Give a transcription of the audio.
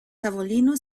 tavolino